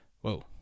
Whoa